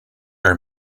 are